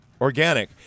Organic